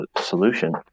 solution